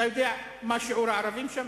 אתה יודע מה שיעור הערבים שם?